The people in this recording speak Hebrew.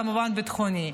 וכמובן ביטחוני.